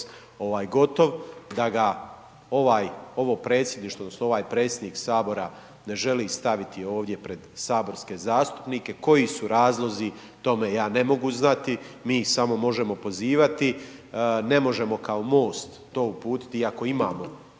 gotov, da ga ovo predsjedništvo, odnosno, ovaj predsjednik Sabora ne želi staviti ovdje, pred saborske zastupnike koji su razlozi, tome ja ne mogu znati, mi samo možemo pozivati, ne možemo kao Most to uputiti, iako imamo